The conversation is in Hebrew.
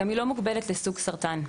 והיא גם לא מוגבלת לסוג סרטן.